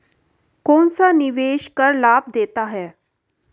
कौनसा निवेश कर लाभ देता है?